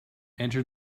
entered